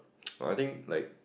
no I think like